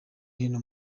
hino